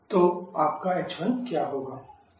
तो आपका h1 क्या होगा